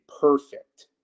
perfect